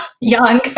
young